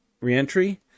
reentry